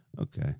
Okay